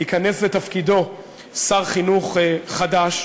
ייכנס לתפקידו שר חינוך חדש,